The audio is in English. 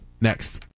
next